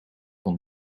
van